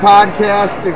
Podcast